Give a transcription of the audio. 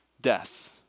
death